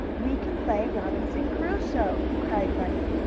we can play robinson crusoe! cried bunny.